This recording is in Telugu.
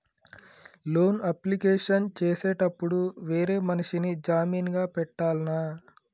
లోన్ అప్లికేషన్ చేసేటప్పుడు వేరే మనిషిని జామీన్ గా పెట్టాల్నా?